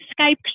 skype